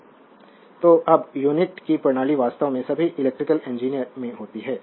slide समय देखें 1024 तो अब यूनिट की प्रणाली वास्तव में सभी इलेक्ट्रिकल इंजीनियर में होती है